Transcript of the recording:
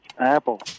Apple